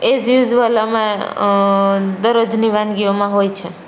as usual અમે દરરોજની વાનગીઓમાં હોય છે